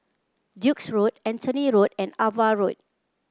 Duke's Road Anthony Road and Ava Road